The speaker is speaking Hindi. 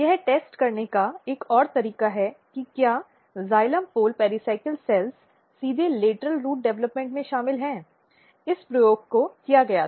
यह जांचने का एक और तरीका है कि क्या जाइलम पोल पेराइक्लिस कोशिकाएं सीधे लेटरल रूट विकास में शामिल हैं इस प्रयोग को किया गया था